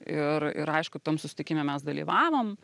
ir ir aišku tam susitikime mes dalyvavom